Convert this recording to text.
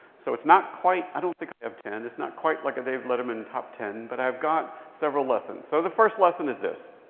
so it's not quite i don't think i have ten. it's not quite like a dave letterman top ten, but i've got several lessons. so the first lesson is this.